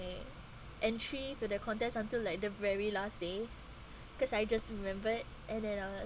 entry to the contest until like the very last day cause I just remembered and then I